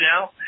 now